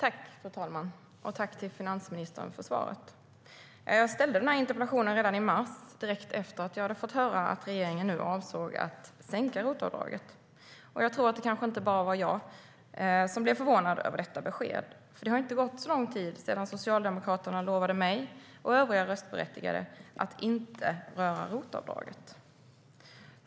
Fru talman! Jag tackar finansministern för svaret. Jag ställde den här interpellationen redan i mars, direkt efter att jag hade fått höra att regeringen avsåg att sänka ROT-avdraget. Jag tror att det inte bara var jag som blev förvånad över detta besked. Det har inte gått så lång tid sedan Socialdemokraterna lovade mig och övriga röstberättigade att inte röra ROT-avdraget.